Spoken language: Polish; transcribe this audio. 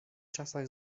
czasach